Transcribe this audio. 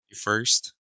First